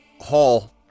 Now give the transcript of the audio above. Hall